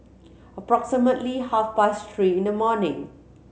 approximately half past three in the morning